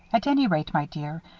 at any rate, my dear,